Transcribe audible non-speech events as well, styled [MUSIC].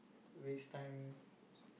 waste time [BREATH]